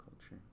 culture